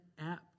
apt